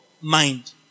mind